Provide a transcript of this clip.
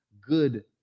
good